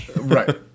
Right